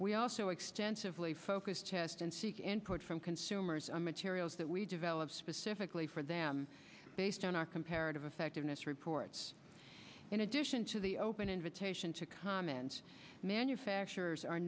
we also extensively focus chest and seek input from consumers on materials that we develop specifically for them based on our comparative effectiveness reports in addition to the open invitation to comments manufacturers are